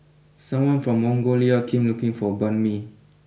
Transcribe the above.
someone from Mongolia came looking for Banh Mi